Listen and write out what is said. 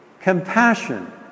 Compassion